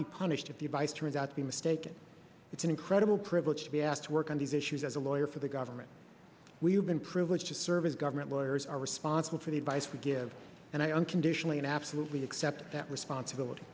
be punished if you by turns out to be mistaken it's an incredible privilege to be asked to work on these issues as a lawyer for the government we've been privileged to serve as government lawyers are responsible for the advice we give and i unconditionally and absolutely accept that